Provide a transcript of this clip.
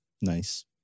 Nice